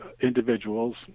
individuals